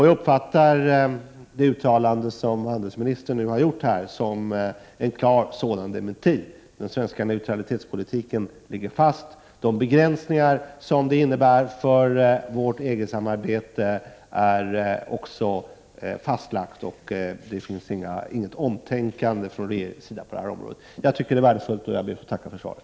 Jag uppfattar handelsministerns uttalande här som en klar dementi: Den svenska neutralitetspolitiken ligger fast. De begränsningar som det innebär för vårt EG-samarbete är också fastlagda, och från regeringens sida kan något omtänkande på detta område inte konstateras. Jag tycker att detta är värdefullt och tackar ännu en gång för svaret.